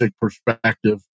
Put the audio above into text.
perspective